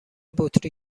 بطری